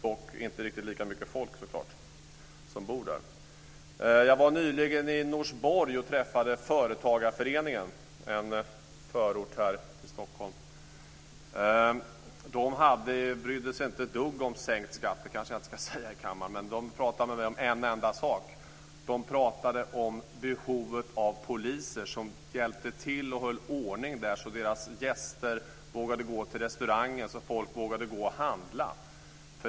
Dock är det inte riktigt lika mycket folk som bor där. Jag var nyligen i Norsborg, en förort till Stockholm, och träffade företagareföreningen. De brydde sig inte ett dugg om sänkt skatt. Men det kanske jag inte ska säga i kammaren. De pratade med mig om en enda sak. De pratade om behovet av poliser som hjälpte till att hålla ordning där så att deras gäster vågade gå till restaurangen, så att folk vågade gå och handla.